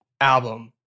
album